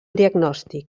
diagnòstic